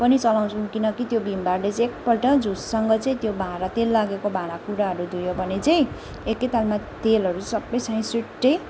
पनि चलाउँछौँ किनकि त्यो भीम बारले चाहिँ एकपल्ट झुटसँग चाहिँ त्यो भाँडा तेल लागेको भाँडाकुँडाहरू धुयो भने चाहिँ एकैतालमा तेलहरू सबै स्याँईसुट्टै